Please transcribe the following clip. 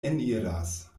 eniras